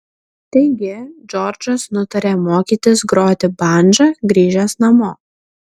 taigi džordžas nutarė mokytis groti bandža grįžęs namo